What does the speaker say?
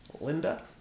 Linda